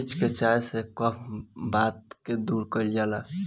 मरीच के चाय से कफ वात के दूर कइल जाला